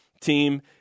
team